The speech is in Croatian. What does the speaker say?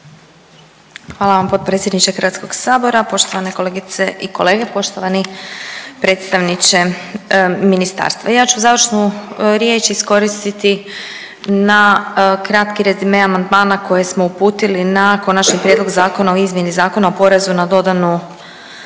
Hvala vam potpredsjedniče HS, poštovane kolegice i kolege, poštovani predstavniče ministarstva. Ja ću završnu riječ iskoristiti na kratki rezime amandmana koje smo uputili na Konačni prijedlog zakona o izmjeni Zakona o PDV-u jer